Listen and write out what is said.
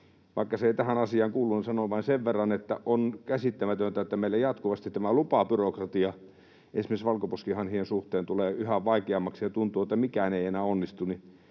Vaikka se ei tähän asiaan kuulu, niin sanon vain sen verran, että on käsittämätöntä, että meillä jatkuvasti tämä lupabyrokratia, esimerkiksi valkoposkihanhien suhteen, tulee yhä vaikeammaksi, ja tuntuu, että mikään ei enää onnistu.